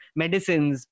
medicines